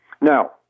Now